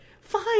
fine